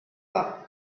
pas